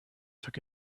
took